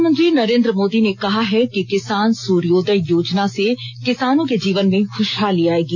प्रधानमंत्री नरेन्द्र मोदी ने कहा है कि किसान सूर्योदय योजना से किसानों के जीवन में खुशहाली आयेगी